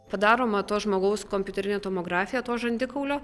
padaroma to žmogaus kompiuterinė tomografija to žandikaulio